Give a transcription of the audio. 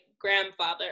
grandfather